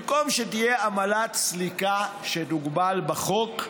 במקום שתהיה עמלת סליקה שתוגבל בחוק,